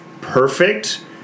perfect